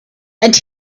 and